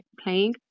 playing